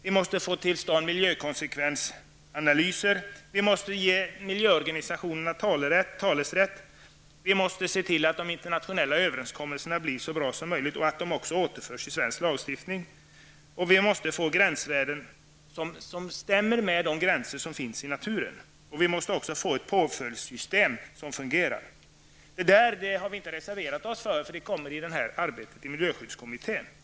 Vi måste få till stånd miljökonsekvensanalyser, vi måste ge miljöorganisationerna talesrätt, vi måste se till att de internationella överenskommelserna blir så bra som möjligt och att de också återförs i den svenska lagstiftningen, vi måste få gränsvärden som stämmer med de gränser som finns i naturen och vi måste även få ett påföljdssystem som fungerar. Detta har vi inte reserverat oss för. Det kommer i det här arbetet i miljöskyddskommittén.